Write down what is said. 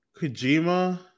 Kojima